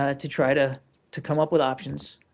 ah to try to to come up with options